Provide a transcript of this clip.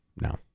No